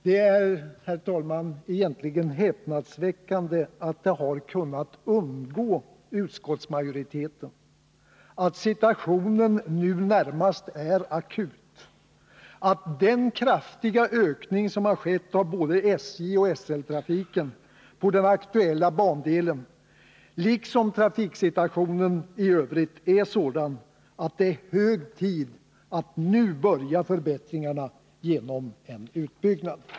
Det är, herr talman, egentligen häpnadsväckande att det har kunnat undgå utskottsmajoriteten att situationen nu närmast är akut, att den kraftiga ökning som skett av både SJ och SL-trafiken på den aktuella bandelen och att trafiksituationen i övrigt är sådan att det är hög tid att nu börja förbättringarna genom en utbyggnad.